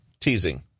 Teasing